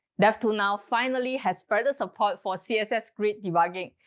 devtools now, finally, has further support for css grid debugging.